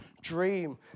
dream